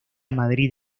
madrid